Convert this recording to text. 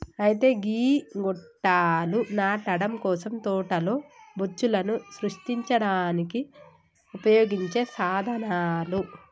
అయితే గీ గొట్టాలు నాటడం కోసం తోటలో బొచ్చులను సృష్టించడానికి ఉపయోగించే సాధనాలు